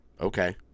Okay